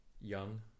young